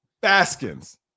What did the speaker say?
Baskins